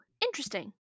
interesting